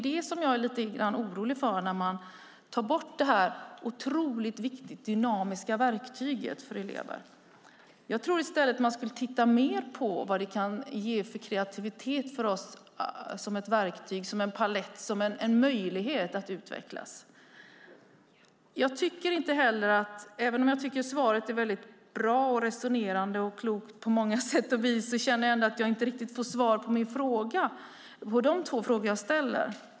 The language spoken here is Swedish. Det oroar mig att man tar bort det här otroligt viktiga dynamiska verktyget för eleverna. Jag tror att man i stället ska titta mer på vad kreativitet kan ge oss som ett verktyg, en palett, en möjlighet att utvecklas. Även om jag tycker att svaret är bra, resonerande och klokt på många sätt känner jag att jag inte riktigt får svar på de två frågor jag ställer.